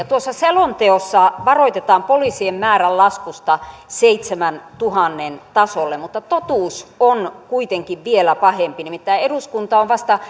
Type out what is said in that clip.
tuossa selonteossa varoitetaan poliisien määrän laskusta seitsemäntuhannen tasolle mutta totuus on kuitenkin vielä pahempi nimittäin eduskunta on vasta